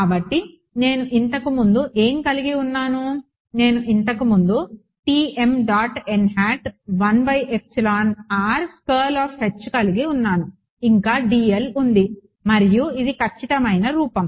కాబట్టి నేను ఇంతకుముందు ఏమి కలిగి ఉన్నాను నేను ఇంతకు ముందు Tm dot n hat one by epsilon r curl of H కలిగి ఉన్నాను ఇంకా dl ఉంది మరియు ఇది ఖచ్చితమైన రూపం